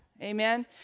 Amen